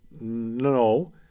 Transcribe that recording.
No